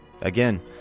again